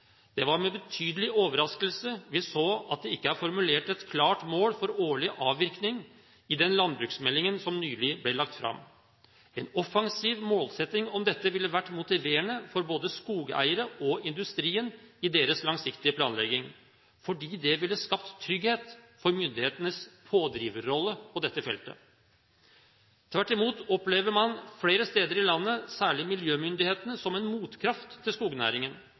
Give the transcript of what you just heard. Det var med betydelig overraskelse vi så at det ikke er formulert et klart mål for årlig avvirkning i den landbruksmeldingen som nylig ble lagt fram. En offensiv målsetting om dette ville vært motiverende for både skogeierne og industrien i deres langsiktige planlegging, fordi det ville skapt trygghet for myndighetenes pådriverrolle på dette feltet. Tvert imot opplever man flere steder i landet særlig miljømyndighetene som en motkraft til skognæringen,